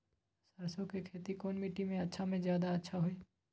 सरसो के खेती कौन मिट्टी मे अच्छा मे जादा अच्छा होइ?